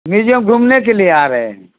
museum گھومنے کے لیے آ رہے ہیں